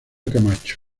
camacho